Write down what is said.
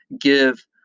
give